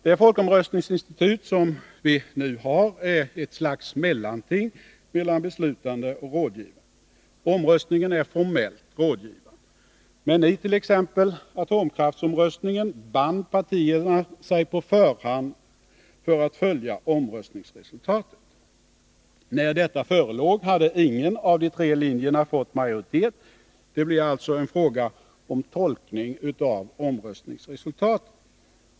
Det folkomröstningsinstitut vi nu har är ett slags mellanting mellan beslutande och rådgivande institut. Omröstningen är formellt rådgivande. Men i t.ex. atomkraftsomröstningen band partierna sig på förhand för att följa omröstningsresultatet. När detta förelåg hade ingen av de tre linjerna fått majoritet. Det blev alltså fråga om en tolkning av omröstningsresultatet.